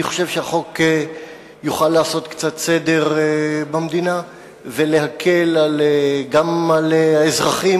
אני חושב שהחוק יוכל לעשות קצת סדר במדינה ולהקל גם על אזרחים